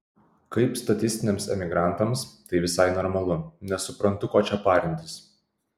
kaip statistiniams emigrantams tai visai normalu nesuprantu ko čia parintis